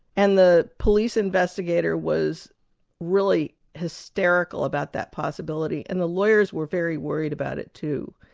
and the police investigator was really hysterical about that possibility, and the lawyers were very worried about it, too.